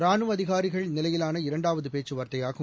ரானுவ அதிகாரிகள் நிலையிலான இரண்டாவது பேச்சுவார்த்தை ஆகும்